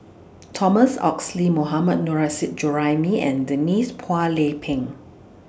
Thomas Oxley Mohammad Nurrasyid Juraimi and Denise Phua Lay Peng